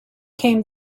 came